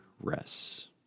rests